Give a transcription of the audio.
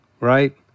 right